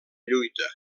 lluita